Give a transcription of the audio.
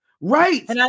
Right